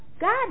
God